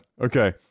Okay